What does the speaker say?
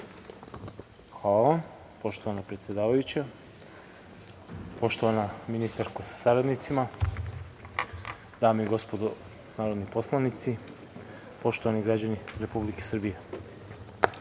Hvala, poštovana predsedavajućaPoštovana ministarko sa saradnicima, dame i gospodo narodni poslanici, poštovani građani Republike Srbije,